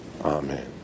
Amen